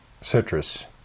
citrus